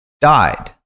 died